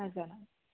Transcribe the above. न जानामि